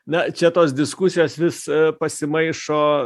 na čia tos diskusijos vis pasimaišo